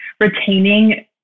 retaining